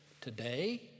Today